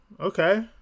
okay